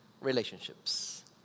relationships